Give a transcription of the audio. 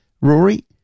Rory